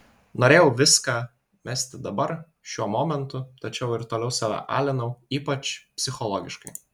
norėjau viską mesti dabar šiuo momentu tačiau ir toliau save alinau ypač psichologiškai